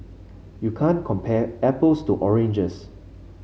you can't compare apples to oranges